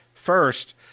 First